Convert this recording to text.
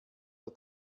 der